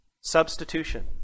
Substitution